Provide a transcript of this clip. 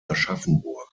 aschaffenburg